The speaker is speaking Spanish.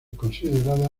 considerada